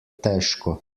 težko